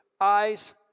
Eyes